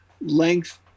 length